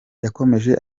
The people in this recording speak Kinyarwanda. yakomeje